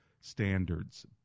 standards